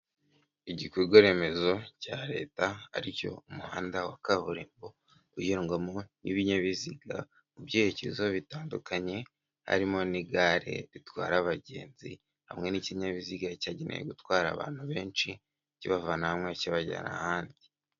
Igikorwa remezo cya leta ari cyo umuhanda wa kaburimbo ugendwamo n'ibinyabiziga mu byerekezo bitandukanye, harimo n'igare ritwara abagenzi hamwe n'ikinyabiziga cyagenewe gutwara abantu benshi, kibavana hamwe kibajyana ahandi.